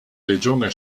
regione